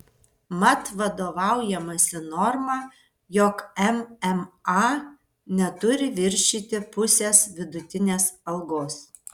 mat vadovaujamasi norma jog mma neturi viršyti pusės vidutinės algos